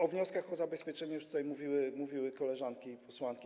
O wnioskach o zabezpieczenie już tutaj mówiły koleżanki posłanki.